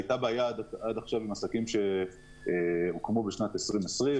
הייתה בעיה עד עכשיו עם עסקים שהוקמו בשנת 2020,